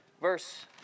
verse